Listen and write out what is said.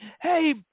hey